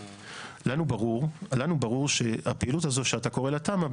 לנו ברור שהפעילות הזו שאתה קורא לה תמ"א,